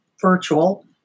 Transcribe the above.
virtual